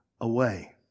away